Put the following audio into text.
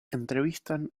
entrevistan